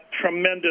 tremendous